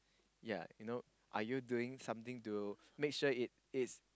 yea you know are you doing something to make sure it is